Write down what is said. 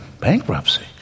bankruptcy